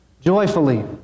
joyfully